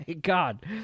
God